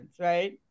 right